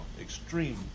extreme